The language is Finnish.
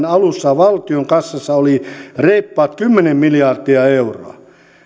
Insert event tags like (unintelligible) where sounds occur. (unintelligible) alussa valtion kassassa oli reippaat kymmenen miljardia euroa